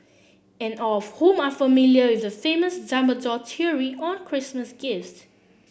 and all of whom are familiar with the famous Dumbledore theory on Christmas gifts